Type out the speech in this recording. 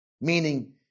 meaning